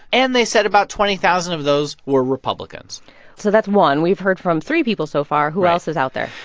and they said about twenty thousand of those were republicans so that's one. we've heard from three people so far right who else is out there?